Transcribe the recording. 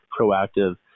proactive